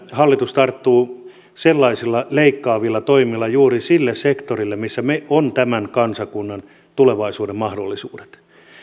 hallitus tarttuu sellaisilla leikkaavilla toimilla juuri sille sektorille missä ovat tämän kansakunnan tulevaisuuden mahdollisuudet me